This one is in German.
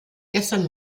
gestern